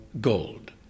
gold